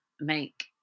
make